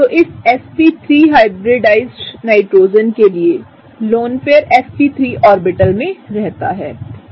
तो इस s p three hybridized nitrogen केलिए लोन पेयर sp3ऑर्बिटलमें रहता है